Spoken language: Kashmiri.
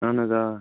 اہن حظ آ